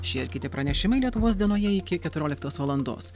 šie ir kiti pranešimai lietuvos dienoje iki keturioliktos valandos